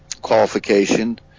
qualification